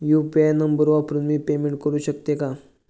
UPI number वापरून मी payment करू शकते का?